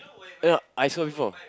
ya I saw before